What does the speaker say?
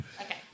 okay